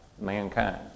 mankind